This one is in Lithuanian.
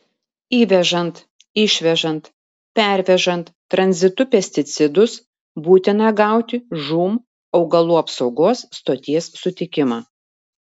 įvežant išvežant pervežant tranzitu pesticidus būtina gauti žūm augalų apsaugos stoties sutikimą